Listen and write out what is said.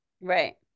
Right